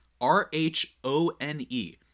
R-H-O-N-E